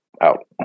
Out